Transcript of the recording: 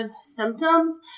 symptoms